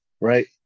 right